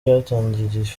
byatangiye